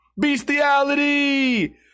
bestiality